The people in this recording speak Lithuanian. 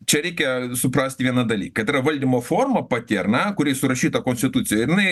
čia reikia suprasti vieną dalyką kad yra valdymo forma pati ar na kuri surašyta konstitucijoj jinai